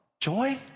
joy